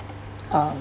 um